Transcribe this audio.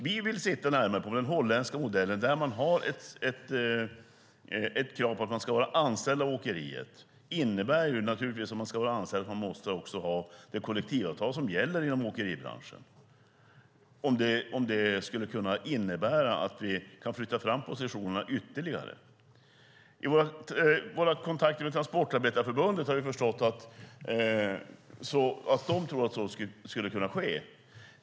Vi vill titta närmare på den holländska modellen, där det finns ett krav på att man ska vara anställd av åkeriet. Det innebär att man naturligtvis också måste följa de kollektivavtal som gäller inom åkeribranschen och skulle kunna innebära att vi kan flytta fram positionerna ytterligare. Av våra kontakter med Transportarbetareförbundet har vi förstått att de tror att det skulle kunna ske.